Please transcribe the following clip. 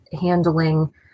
handling